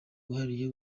wihariye